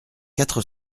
quatre